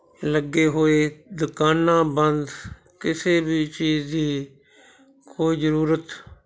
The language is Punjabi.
ਲੱਗੇ ਹੋਏ ਦੁਕਾਨਾਂ ਬੰਦ ਕਿਸੇ ਵੀ ਚੀਜ਼ ਦੀ ਕੋਈ ਜ਼ਰੂਰਤ